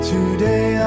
Today